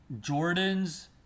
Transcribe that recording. Jordan's